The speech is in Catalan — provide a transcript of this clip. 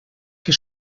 que